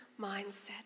mindset